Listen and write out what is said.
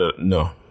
No